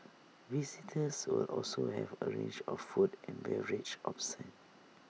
visitors will also have A range of food and beverage options